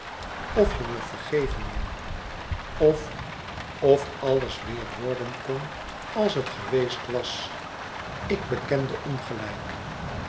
of je me vergeven woû of of alles weêr worden kon als het geweest was ik bekende ongelijk